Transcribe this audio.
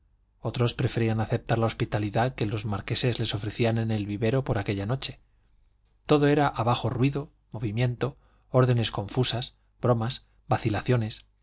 otros preferían aceptar la hospitalidad que los marqueses les ofrecían en el vivero por aquella noche todo era abajo ruido movimiento órdenes confusas broma vacilaciones